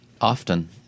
Often